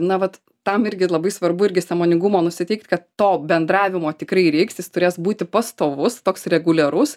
na vat tam irgi labai svarbu irgi sąmoningumo nusiteikt kad to bendravimo tikrai reiks jis turės būti pastovus toks reguliarus